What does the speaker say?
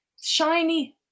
shiny